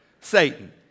Satan